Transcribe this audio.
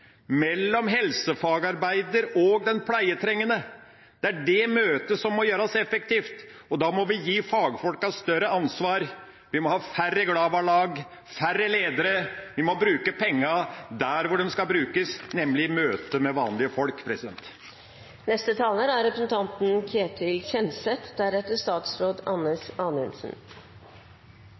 mellom lærer og elev, mellom helsefagarbeider og den pleietrengende. Det er det møtet som må gjøres effektivt, og da må vi gi fagfolk større ansvar, vi må ha færre Glava-lag, færre ledere, vi må bruke pengene der hvor de skal brukes, nemlig i møtet med vanlige folk. Representanten